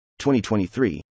2023